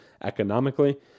economically